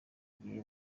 gihe